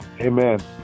Amen